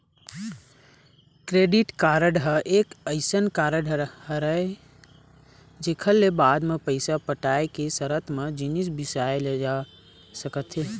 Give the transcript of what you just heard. credit card ह एक अइसन कारड हरय जेखर ले बाद म पइसा पटाय के सरत म जिनिस बिसाए जा सकत हे